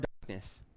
darkness